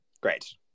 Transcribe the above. Great